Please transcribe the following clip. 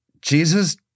Jesus